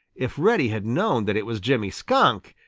if reddy had known that it was jimmy skunk,